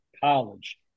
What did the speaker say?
College